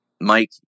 Mike